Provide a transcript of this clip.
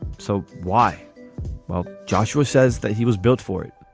so why while joshua says that he was built for it